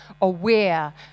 aware